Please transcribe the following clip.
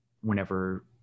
whenever